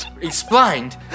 explained